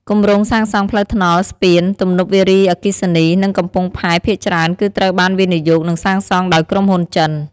គម្រោងសាងសង់ផ្លូវថ្នល់ ស្ពាន ទំនប់វារីអគ្គិសនី និងកំពង់ផែភាគច្រើនគឺត្រូវបានវិនិយោគនិងសាងសង់ដោយក្រុមហ៊ុនចិន។